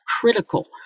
critical